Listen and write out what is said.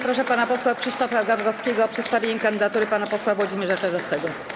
Proszę pana posła Krzysztofa Gawkowskiego o przedstawienie kandydatury pana posła Włodzimierza Czarzastego.